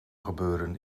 gebeuren